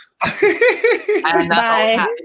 Bye